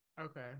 okay